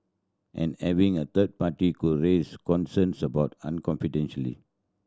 and having a third party could raise concerns about an confidentiality